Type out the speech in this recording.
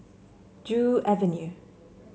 Joo Avenue